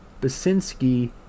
Basinski